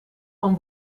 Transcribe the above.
van